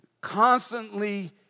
constantly